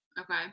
okay